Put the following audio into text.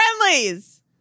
friendlies